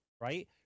right